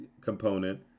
component